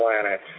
planet